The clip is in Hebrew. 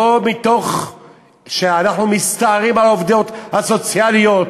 לא מתוך שאנחנו מסתערים על העובדות הסוציאליות